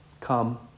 come